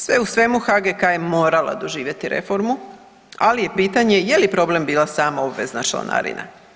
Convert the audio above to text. Sve u svemu HGK je morala doživjeti reformu, ali je pitanje je li problem bila samo obvezna članarina.